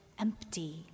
empty